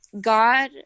God